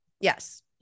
Yes